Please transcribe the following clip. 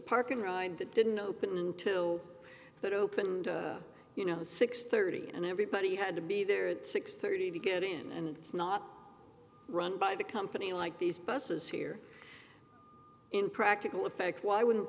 park and ride that didn't open until it opened you know six thirty and everybody had to be there at six thirty to get in and not run by the company like these buses here in practical effect why wouldn't